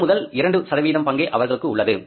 ஒன்று முதல் இரண்டு சதவீதம் பங்கே அவர்களுக்கு உள்ளது